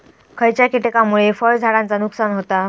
खयच्या किटकांमुळे फळझाडांचा नुकसान होता?